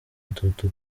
dudu